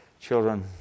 children